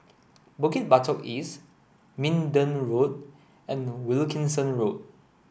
Bukit Batok East Minden Road and Wilkinson Road